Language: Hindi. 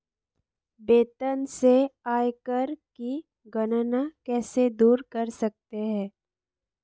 वेतन से आयकर की गणना कैसे दूर कर सकते है?